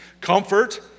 Comfort